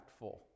impactful